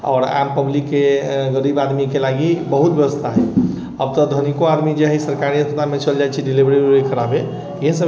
आओर आम पब्लिक के गरीब आदमीके लागि बहुत व्यवस्था है अब तऽ धनिको आदमी जे हइ सरकारी अस्पतालमे चल जाइ छै डिलिवरी उलवरी कराबै सभ